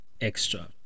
extra